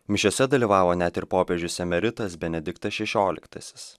mišiose dalyvavo net ir popiežius emeritas benediktas šešioliktasis